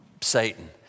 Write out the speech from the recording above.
Satan